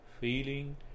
feeling